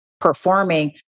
performing